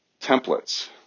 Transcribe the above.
templates